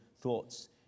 thoughts